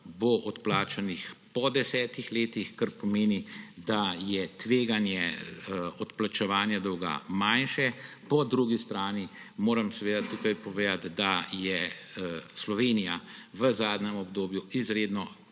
odplačana po desetih letih, kar pomeni, da je tveganje odplačevanja dolga manjše. Po drugi strani moram tukaj povedati, da je Slovenija v zadnjem obdobju izredno